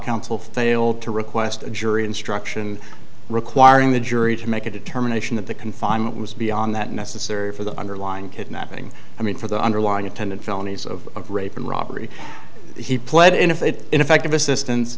counsel failed to request a jury instruction requiring the jury to make a determination that the confinement was beyond that necessary for the underlying kidnapping i mean for the underlying attendant felonies of rape and robbery he pled if it ineffective assistance